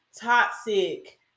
toxic